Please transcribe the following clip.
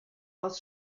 aus